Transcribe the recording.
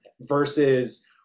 versus